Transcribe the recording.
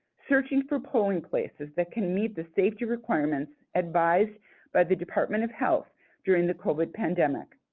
searching for polling places that can meet the safety requirements advised by the department of health during the covid pandemic,